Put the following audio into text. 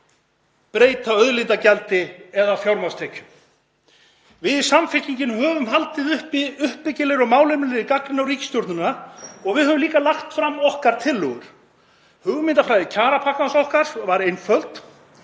breyta auðlindagjaldi eða fjármagnstekjum. Við í Samfylkingunni höfum haldið uppi uppbyggilegri og málefnalegri gagnrýni á ríkisstjórnina og við höfum líka lagt fram okkar tillögur. Hugmyndafræði kjarapakkans okkar var einföld,